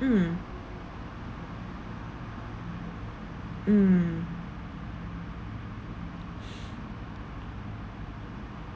mm mm mm